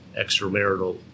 extramarital